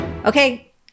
Okay